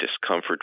discomfort